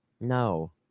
No